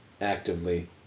actively